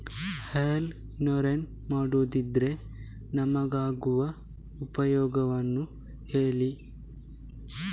Health insurance ಮಾಡೋದ್ರಿಂದ ನಮಗಾಗುವ ಉಪಯೋಗವನ್ನು ಹೇಳ್ತೀರಾ?